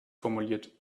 formuliert